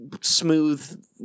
smooth